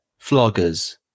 Floggers